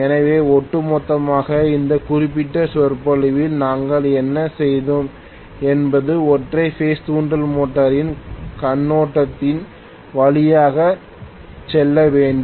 எனவே ஒட்டுமொத்தமாக இந்த குறிப்பிட்ட சொற்பொழிவில் நாங்கள் என்ன செய்தோம் என்பது ஒற்றை பேஸ் தூண்டல் மோட்டரின் கண்ணோட்டத்தின் வழியாக செல்ல வேண்டும்